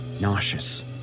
nauseous